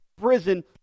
prison